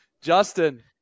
Justin